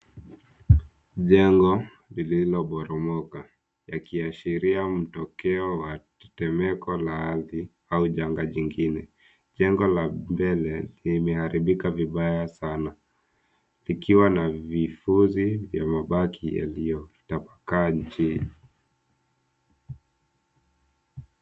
Jengo lililoporomoka yakiashiria mtokeo wa tetemeko la ardhi au janga jingine. Jengo la mbele limeharibika vibaya sana likiwa na vifusi vya mabaki yaliyotapaka chini.